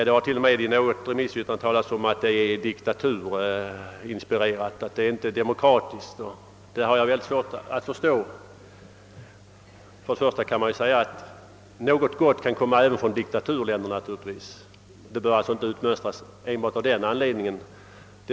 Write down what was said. Det har till och med i något remissyttrande talats om att motionen är diktaturinspirerad och inte demokratisk. Det har jag väldigt svårt att förstå. Först och främst kan man naturligtvis säga att något gott kan komma även från diktaturländerna och att förslaget inte bör utmönstras enbart av den anledningen att man anser det diktaturinspirerat.